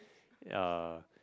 ya